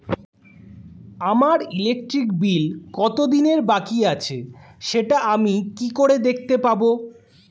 আমার electric bill কত দিনের বাকি আছে সেটা আমি কি করে দেখতে পাবো?